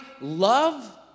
love